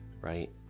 right